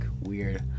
Weird